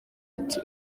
ati